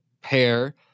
pair